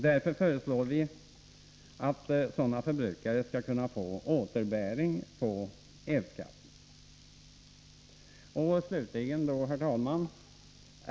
Därför föreslår vi att sådana förbrukare skall kunna få återbäring på elskatten. Herr talman!